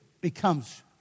becomes